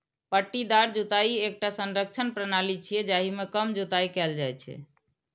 पट्टीदार जुताइ एकटा संरक्षण प्रणाली छियै, जाहि मे कम जुताइ कैल जाइ छै